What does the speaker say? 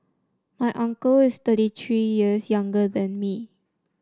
my uncle is thirty three years younger than me